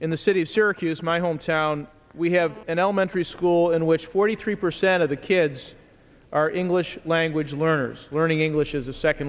in the city of syracuse my hometown we have an elementary school in which forty three percent of the kids are english language learners learning english as a second